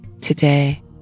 today